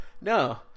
No